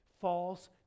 false